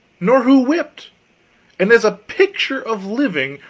nor who whipped and as a picture, of living,